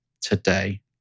today